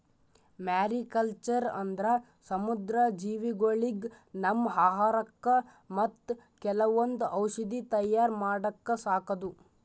mariculture ಅಂದ್ರ ಸಮುದ್ರ ಜೀವಿಗೊಳಿಗ್ ನಮ್ಮ್ ಆಹಾರಕ್ಕಾ ಮತ್ತ್ ಕೆಲವೊಂದ್ ಔಷಧಿ ತಯಾರ್ ಮಾಡಕ್ಕ ಸಾಕದು